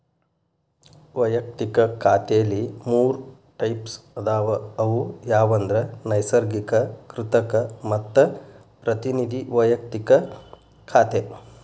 ವಯಕ್ತಿಕ ಖಾತೆಲಿ ಮೂರ್ ಟೈಪ್ಸ್ ಅದಾವ ಅವು ಯಾವಂದ್ರ ನೈಸರ್ಗಿಕ, ಕೃತಕ ಮತ್ತ ಪ್ರತಿನಿಧಿ ವೈಯಕ್ತಿಕ ಖಾತೆ